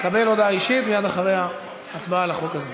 תקבל הודעה אישית מייד אחרי ההצבעה על החוק הזה.